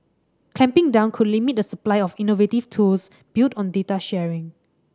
clamping down could limit the supply of innovative tools built on data sharing